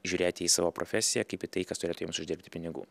žiūrėti į savo profesiją kaip į tai kas turėtų jiems uždirbti pinigų